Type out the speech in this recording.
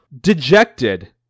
Dejected